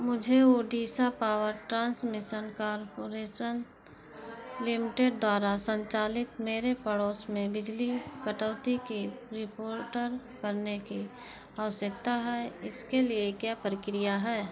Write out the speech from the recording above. मुझे Odisha power transmission corporation limited द्वारा संचालित मेरे पड़ोस में बिजली कटौती की रिपोर्टर करने की आवश्यकता है इसके लिए क्या प्रक्रिया है